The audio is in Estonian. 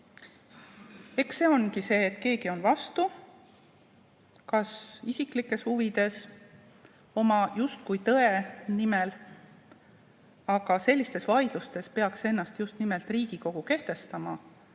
Miks? See ongi see, et keegi on vastu, kas isiklikes huvides või oma justkui tõe nimel. Aga sellistes vaidlustes peaks ennast just nimelt Riigikogu kehtestama,